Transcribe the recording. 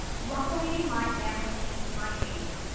luckily, my family came to my aid.